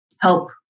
help